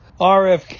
rfk